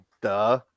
duh